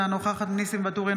אינה נוכחת ניסים ואטורי,